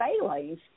failings